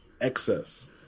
excess